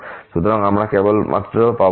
সুতরাং আমরা কেবল পাব এই 0